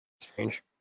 Strange